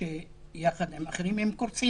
שיחד עם אחרים קורסת